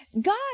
God